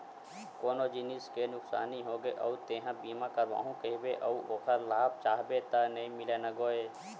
कोनो जिनिस के नुकसानी होगे अउ तेंहा बीमा करवाहूँ कहिबे अउ ओखर लाभ चाहबे त नइ मिलय न गोये